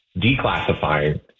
declassifying